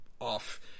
off